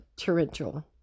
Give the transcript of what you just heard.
torrential